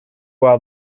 while